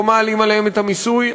לא מעלים עליהם את המיסוי.